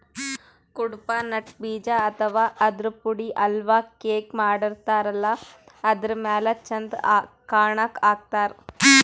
Cuddapah nut ಬೀಜ ಅಥವಾ ಆದ್ರ ಪುಡಿ ಹಲ್ವಾ, ಕೇಕ್ ಮಾಡತಾರಲ್ಲ ಅದರ್ ಮ್ಯಾಲ್ ಚಂದ್ ಕಾಣಕ್ಕ್ ಹಾಕ್ತಾರ್